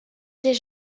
ses